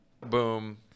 boom